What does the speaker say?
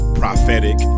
prophetic